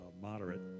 moderate